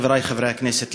חברי חברי הכנסת,